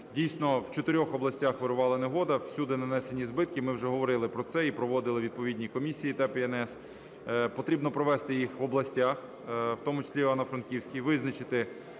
дійсно, в чотирьох областях вирувала негода, всюди нанесені збитки. Ми вже говорили про це і проводили відповідні комісії ТЕБ і НС. Потрібно провести їх в областях, в тому числі в Івано-Франківську, визначити